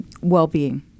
well-being